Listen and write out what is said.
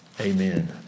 Amen